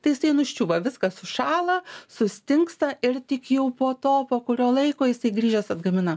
tai jisai nuščiūva viskas užšąla sustingsta ir tik jau po to po kurio laiko jisai grįžęs atgamina